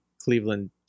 Cleveland